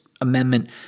Amendment